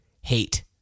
hate